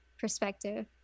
perspective